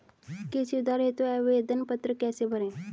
कृषि उधार हेतु आवेदन पत्र कैसे भरें?